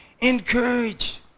encourage